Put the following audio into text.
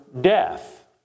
death